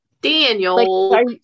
Daniel